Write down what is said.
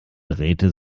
drehte